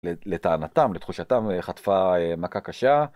לטענתם, לתחושתם, חטפה מכה קשה.